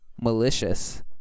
Malicious